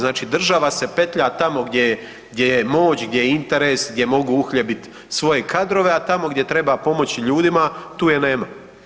Znači država se petlja tamo gdje je, gdje je moć, gdje je interes, gdje mogu uhljebit svoje kadrove, a tamo gdje treba pomoć ljudima tu je nema.